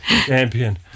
champion